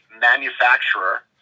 manufacturer